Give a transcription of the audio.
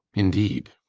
indeed.